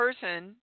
person